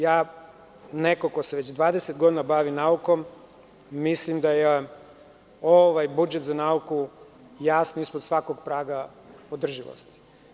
Ja kao neko ko se 20 godina bavi naukom mislim da je ovaj budžet za nauku jasno ispod svakog praga održivosti.